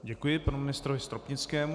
Děkuji panu ministrovi Stropnickému.